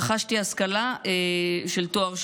רכשתי השכלה של תואר שלישי.